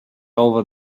over